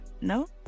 No